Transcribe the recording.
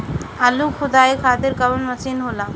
आलू खुदाई खातिर कवन मशीन होला?